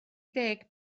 deg